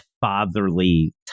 fatherly